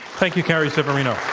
thank you, carrie severino.